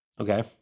Okay